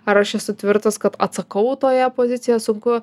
ar aš esu tvirtas kad atsakau toje pozicijoj sunku